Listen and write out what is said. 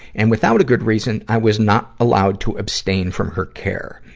and without a good reason, i was not allowed to abstain from her care.